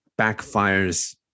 backfires